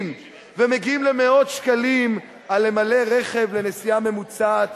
ומגיעים למאות שקלים על מילוי רכב לנסיעה ממוצעת